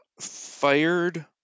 fired